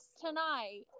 tonight